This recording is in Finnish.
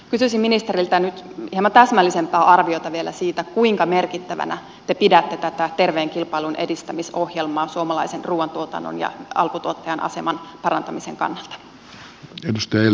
kysyisin ministeriltä nyt vielä hieman täsmällisempää arviota siitä kuinka merkittävänä te pidätte tätä terveen kilpailun edistämisohjelmaa suomalaisen ruuantuotannon ja alkutuottajan aseman parantamisen kannalta